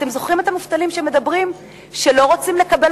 אתם זוכרים את המובטלים שאומרים שלא רוצים לקבל